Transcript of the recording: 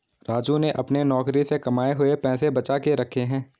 राजू ने अपने नौकरी से कमाए हुए पैसे बचा के रखे हैं